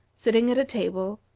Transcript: sitting at a table,